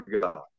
God